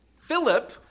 Philip